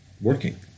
working